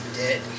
dead